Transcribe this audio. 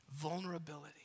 vulnerability